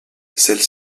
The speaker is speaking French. celles